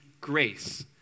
grace